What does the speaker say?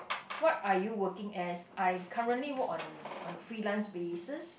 what are you working as I currently work on on a freelance basis